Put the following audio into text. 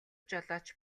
жолооч